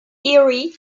eerie